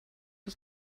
das